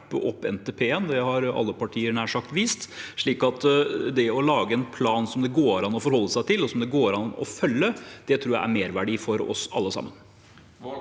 opp NTP-en – det har nær sagt alle partier vist – så det å lage en plan som det går an å forholde seg til, og som det går an å følge, tror jeg er en merverdi for oss alle sammen.